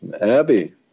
Abby